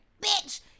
bitch